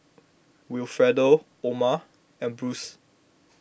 Wilfredo Oma and Bruce